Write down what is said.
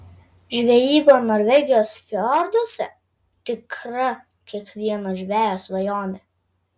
žvejyba norvegijos fjorduose tikra kiekvieno žvejo svajonė